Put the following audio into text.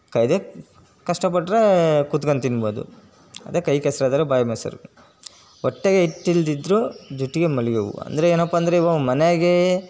ಕ ಇದು ಕಷ್ಟ ಪಟ್ಟರೆ ಕುತ್ಕಂಡ್ ತಿನ್ಬೋದು ಅದೇ ಕೈ ಕೆಸರಾದರೆ ಬಾಯಿ ಮೊಸರು ಹೊಟ್ಟೆಗೆ ಹಿಟ್ಟಿಲ್ದಿದ್ರೂ ಜುಟ್ಟಿಗೆ ಮಲ್ಲಿಗೆ ಹೂವು ಅಂದರೆ ಏನಪ್ಪ ಅಂದರೆ ಇವಾಗ ಮನೆಗೆ